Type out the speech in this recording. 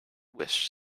wish